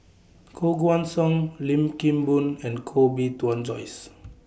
Koh Guan Song Lim Kim Boon and Koh Bee Tuan Joyce